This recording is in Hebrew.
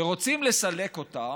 ורוצים לסלק אותם.